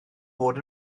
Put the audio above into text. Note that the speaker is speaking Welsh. fod